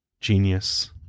genius